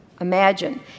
imagine